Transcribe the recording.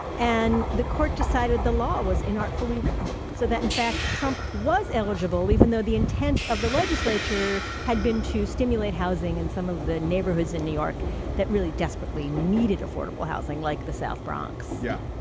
and the court decided the law was inartfully written so that in fact trump was eligible, even though the intent of the legislature had been to stimulate housing in some of the neighborhoods in new york that really desperately needed affordable housing like the south bronx yeah,